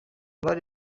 bari